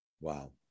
Wow